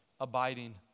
abiding